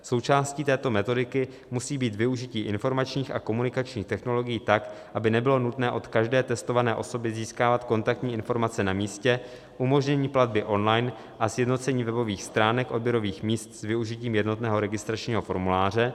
součástí této metodiky musí být využití informačních a komunikačních technologií tak, aby nebylo nutné od každé testované osoby získávat kontaktní informace na místě, umožnění platby online a sjednocení odběrových stránek odběrových míst s využitím jednotného registračního formuláře;